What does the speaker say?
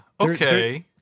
okay